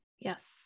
Yes